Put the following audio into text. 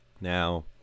now